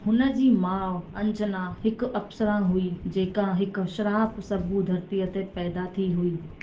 हुन जी माउ अंजना हिकु अप्सरा हुई जेका हिकु श्राप सभु धरतीअ ते पैदा थी हुई